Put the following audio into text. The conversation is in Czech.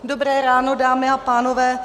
Dobrá ráno, dámy a pánové.